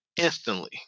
instantly